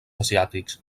asiàtics